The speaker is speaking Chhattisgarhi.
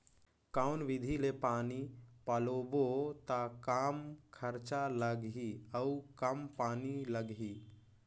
कौन विधि ले पानी पलोबो त कम खरचा लगही अउ कम पानी लगही?